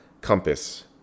compass